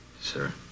sir